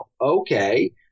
Okay